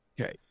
Okay